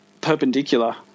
perpendicular